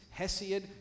Hesiod